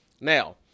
Now